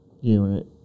unit